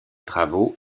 travaux